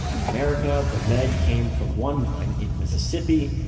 in america, the lead came from one mine in mississippi.